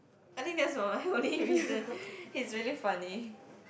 I think that's my only reason he's really funny